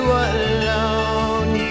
alone